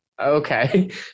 okay